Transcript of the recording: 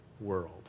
world